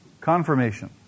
Confirmation